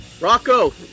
Rocco